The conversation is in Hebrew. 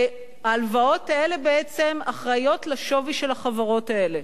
האלה בעצם אחראיות לשווי של החברות האלה.